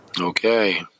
Okay